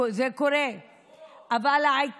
אדוני